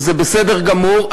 וזה בסדר גמור.